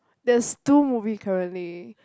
there's two movie currently